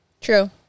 True